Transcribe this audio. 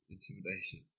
Intimidation